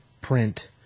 print